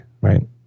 right